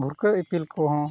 ᱵᱷᱨᱠᱟᱹᱜ ᱤᱯᱤᱞ ᱠᱚᱦᱚᱸ